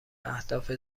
اهداف